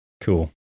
Cool